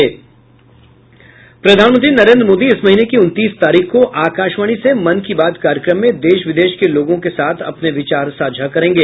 प्रधानमंत्री नरेन्द्र मोदी इस महीने की उनतीस तारीख को आकाशवाणी से मन की बात कार्यक्रम में देश विदेश के लोगों के साथ अपने विचार साझा करेंगे